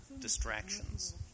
distractions